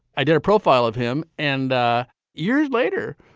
i did a profile of him. and years later,